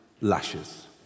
lashes